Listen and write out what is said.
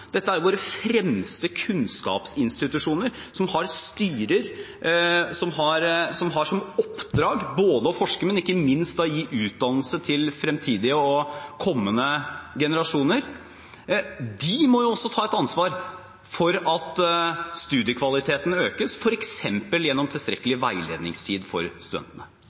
Dette er våre fremste kunnskapsinstitusjoner, som har styrer, og som har som oppdrag å forske og ikke minst å gi utdannelse til fremtidige og kommende generasjoner. De må også ta et ansvar for at studiekvaliteten økes, f.eks. gjennom tilstrekkelig veiledningstid for studentene.